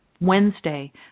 Wednesday